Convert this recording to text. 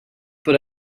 put